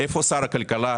איפה שר הכלכלה?